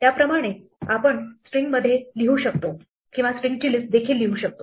त्याचप्रमाणे आपण स्ट्रिंग लिहू शकतो किंवा स्ट्रिंगची लिस्ट देखील लिहू शकतो